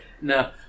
no